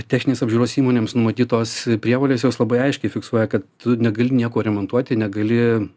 techninės apžiūros įmonėms numatytos prievolės jos labai aiškiai fiksuoja kad tu negali nieko remontuoti negali